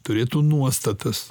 turėtų nuostatas